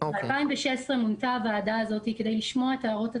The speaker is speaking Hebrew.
ב-2016 מונתה הוועדה הזאת כדי לשמוע את הערות הציבור,